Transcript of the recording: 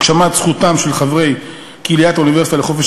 הגשמת זכותם של חברי קהיליית האוניברסיטה לחופש